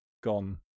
gone